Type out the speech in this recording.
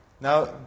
Now